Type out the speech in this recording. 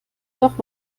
doch